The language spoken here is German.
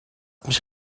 mich